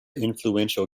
influential